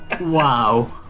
Wow